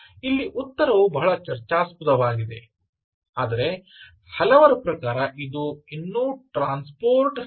ಇಲ್ಲಿ ಉತ್ತರವು ಬಹಳ ಚರ್ಚಾಸ್ಪದವಾಗಿದೆ ಆದರೆ ಹಲವರ ಹಲವರ ಪ್ರಕಾರ ಇದು ಇನ್ನೂ ಟ್ರಾನ್ಸ್ಪೋರ್ಟ್ ಪದರದಲ್ಲಿದೆ